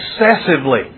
excessively